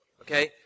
okay